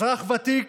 אזרח ותיק